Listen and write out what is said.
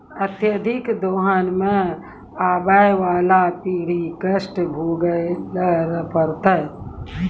अत्यधिक दोहन सें आबय वाला पीढ़ी क कष्ट भोगै ल पड़तै